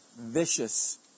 vicious